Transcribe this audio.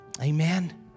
Amen